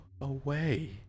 away